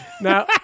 Now